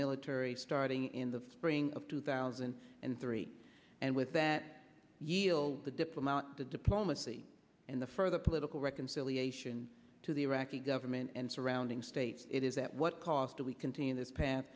military starting in the spring of two thousand and three and with that yield the diplom out the diplomacy and the further political reconciliation to the iraqi government and surrounding states it is at what cost do we continue this path